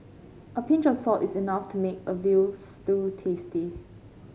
a pinch of salt is enough to make a veal stew tasty